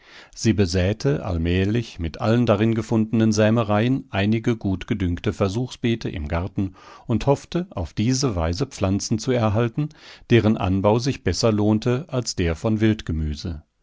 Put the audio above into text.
sie besäte allmählich mit allen darin gefundenen sämereien einige gut gedüngte versuchsbeete im garten und hoffte auf diese weise pflanzen zu erhalten deren anbau sich besser lohnte als der von